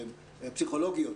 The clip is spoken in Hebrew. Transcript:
פסיכולוגיות.